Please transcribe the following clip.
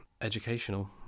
educational